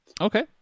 Okay